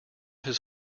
his